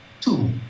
two